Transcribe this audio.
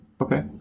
Okay